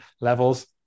levels